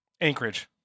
Anchorage